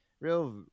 real